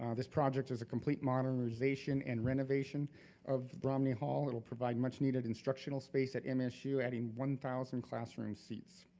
um this project is a complete modernization and renovation of romney hall that'll provide much needed instructional space at msu adding one thousand classroom seats.